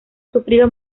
sufrido